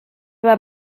bei